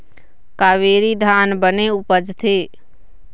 कावेरी धान बने उपजथे?